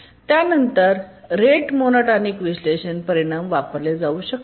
त्यानंतर rate monotonic विश्लेषण परिणाम वापरले जाऊ शकतात